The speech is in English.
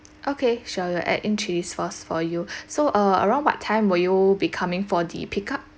okay sure we'll add in chili first for you so around what time will you be coming for the pick up